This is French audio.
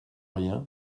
rien